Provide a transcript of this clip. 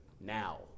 now